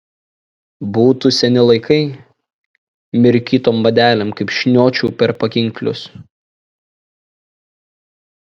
būtų seni laikai mirkytom vadelėm kaip šniočiau per pakinklius